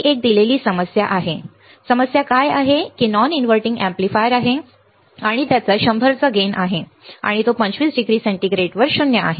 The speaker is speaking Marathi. ही एक दिलेली समस्या आहे ही समस्या काय आहे की नॉन इनव्हर्टिंग अॅम्प्लीफायरसाठी तेथे आहे आणि त्याचा 100 चा फायदा आहे आणि तो 25 डिग्री सेंटीग्रेडवर शून्य आहे